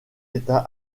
état